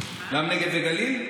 גם נגב וגליל?